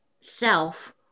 self